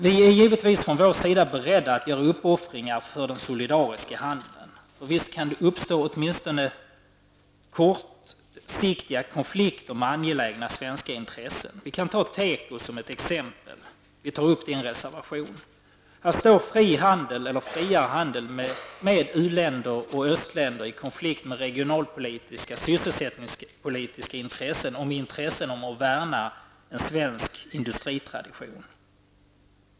Vi i vänsterpartiet är givetvis beredda att göra uppoffringar för den solidariska handeln. Visst kan det uppstå åtminstone kortsiktiga konflikter med angelägna svenska intressen. Vi kan ta tekoindustrin som ett exempel, vilket vi också berör i en reservation. Här står en friare handel med u-länder och östländer i konflikt med regionalpolitiska intressen, sysselsättningspolitiska intressen och med intresset att värna en svensk industritradition.